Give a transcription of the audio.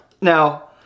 Now